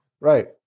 Right